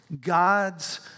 God's